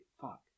Fuck